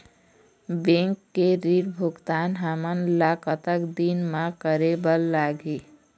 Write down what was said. Bank के ऋण भुगतान हमन ला कतक दिन म करे बर लगही?